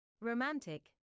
Romantic